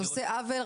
זה עושה עוול.